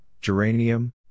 geranium